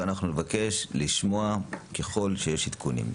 ואנחנו נבקש לשמוע אם יש עדכונים.